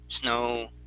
snow